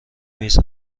میز